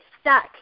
stuck